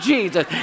Jesus